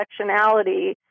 intersectionality